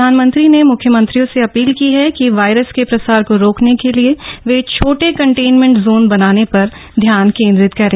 प्रधानमंत्री ने मुख्यमंत्रियों से अपील की है कि वायरस के प्रसार को रोकने के लिए वे छोटे कंटेनमेंट जोन बनाने पर ध्यान केन्द्रित करें